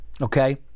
okay